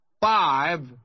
five